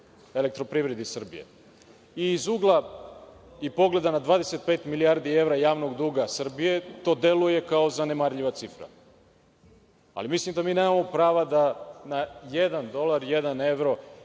„Elektroprivredi Srbije“. Iz ugla i pogleda na 25 milijardi evra javnog duga Srbije, to deluje kao zanemarljiva cifra, ali mislim da mi nemamo prava da na jedan dolar, jedan